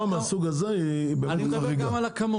אני מדבר גם על הכמות.